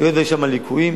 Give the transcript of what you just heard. היות שיש שם ליקויים,